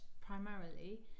primarily